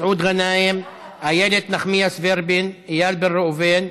מסעוד גנאים, איילת נחמיאס ורבין, איל בן ראובן,